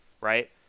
right